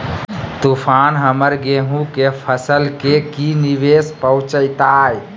तूफान हमर गेंहू के फसल के की निवेस पहुचैताय?